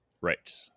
right